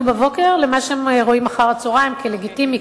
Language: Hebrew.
בבוקר לבין מה שהם רואים אחר הצהריים כלגיטימי,